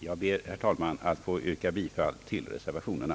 Jag ber, herr talman, att få yrka bifall till reservationerna.